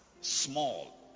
small